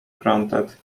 granted